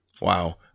wow